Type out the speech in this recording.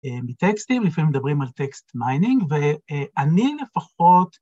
בטקסטים, לפעמים מדברים על טקסט מיינינג ואני לפחות